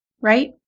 right